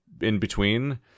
in-between